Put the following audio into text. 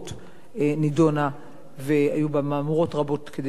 והיו בה מהמורות רבות, כדי שנוכל להעביר אותה.